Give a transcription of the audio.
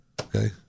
okay